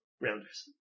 rounders